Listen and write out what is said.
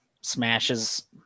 smashes